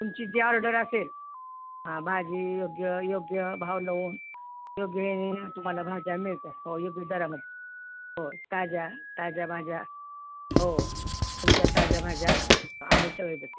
तुमची जी ऑर्डर असेल हां भाजी योग्य योग्य भाव लावून योग्य ह्याने तुम्हाला भाज्या मिळतात हो योग्य दरामध्ये हो ताज्या ताज्या भाज्या हो तुमच्या ताज्या भााज्या आम्ही सगळं देतो